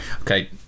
okay